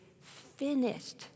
finished